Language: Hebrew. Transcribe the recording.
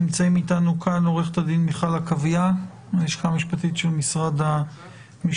נמצאים אתנו כאן עורכת הדין מיכל עקביה מהלשכה המשפטית במשרד האוצר,